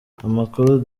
amakuru